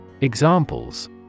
Examples